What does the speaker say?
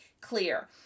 clear